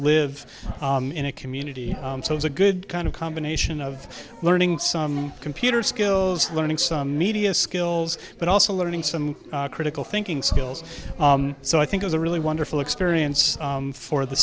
live in a community so it's a good kind of combination of learning some computer skills learning some media skills but also learning some critical thinking skills so i think it's a really wonderful experience for the